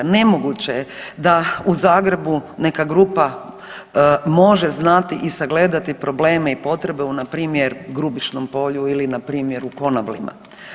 Nemoguće je da u Zagrebu neka grupa može znati i sagledati probleme i potrebe u npr. Grubišnom Polju ili npr. u Konavlima.